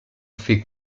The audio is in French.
fait